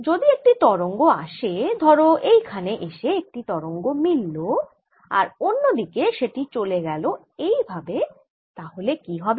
যদি একটি তরঙ্গ আসে ধরো এইখানে এসে একটি তরঙ্গ মিলল আর অন্য দিকে সেটি চলে গেল এইভাবে তাহলে কি হবে